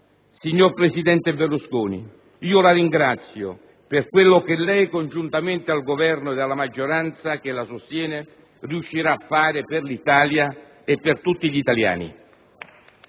Signor presidente Berlusconi, la ringrazio per quello che lei, congiuntamente al Governo e alla maggioranza che la sostiene, riuscirà a fare per l'Italia e per tutti gli italiani.